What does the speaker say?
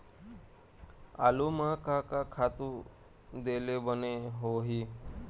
आलू म का का खातू दे ले बने होही?